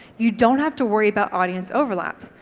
you don't have to worry about audience overlap.